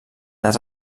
les